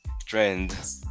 trend